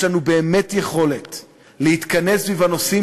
יש לנו באמת יכולת להתכנס סביב הנושאים